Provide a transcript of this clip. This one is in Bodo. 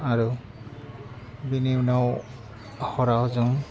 आरो बेनि उनाव हराव जों